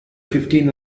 fifteen